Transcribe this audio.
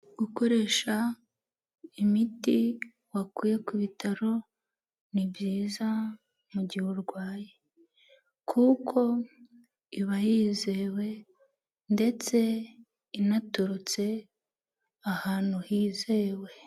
Gukoresha imiti wakuye ku bitaro ni byiza mu gihe urwaye, kuko iba yizewe ndetse inaturutse ahantu hizewe.